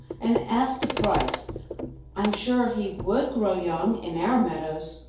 and ask the price i am sure he would grow young in our meadows.